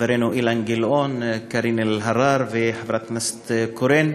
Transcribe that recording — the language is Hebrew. חברינו אילן גילאון, קארין אלהרר ונורית קורן.